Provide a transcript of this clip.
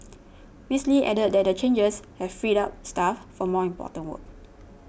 Miss Lee added that the changes have freed up staff for more important work